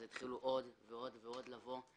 אז התחילו עוד ועוד ילדים לבוא לבית הספר.